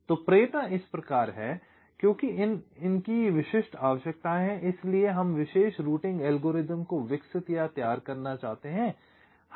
इसलिए प्रेरणा इस प्रकार है क्योंकि उनकी विशिष्ट आवश्यकताएं हैं इसलिए हम विशेष रूटिंग एल्गोरिदम को विकसित या तैयार करना चाहते हैं